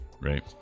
Right